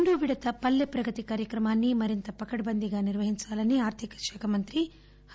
రెండో విడత పల్లె ప్రగతి కార్యక్రమాన్ని మరింత పకడ్బంధీగా నిర్వహించాలని రాష్ట ఆర్దిక శాఖ మంత్రి టి